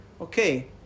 okay